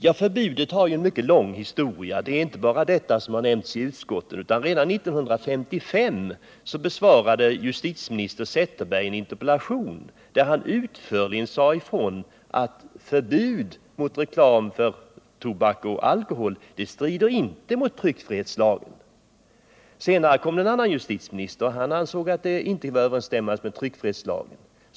Reklamförbudet har också en mycket längre historia än vad som nämnts i utskottets betänkande. Redan år 1955 besvarade justitieminister Zetterberg en interpellation, där han uttryckligen sade ifrån att ett förbud mot reklam för tobak och alkohol inte strider mot tryckfrihetsförordningen. Senare kom det en annan justitieminister, som ansåg att förbudet inte var överensstämmande med tryckfrihetslagen.